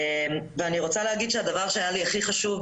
אני רוצה להגיד שהדבר שהיה לי הכי חשוב,